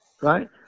right